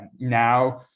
Now